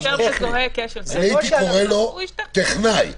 הייתי קורא לו "טכנאי".